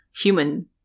human